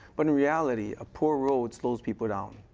but in reality, poor road slows people down.